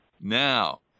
Now